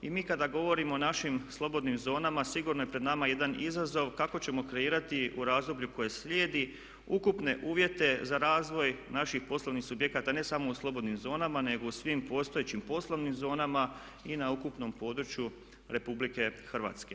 I mi kada govorimo o našim slobodnim zonama sigurno je pred nama jedan izazov kako ćemo kreirati u razdoblju koje slijedi ukupne uvjete za razvoj naših poslovnih subjekata ne samo u slobodnim zonama nego i u svim postojećim poslovnim zonama i na ukupnom području RH.